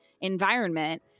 environment